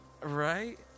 right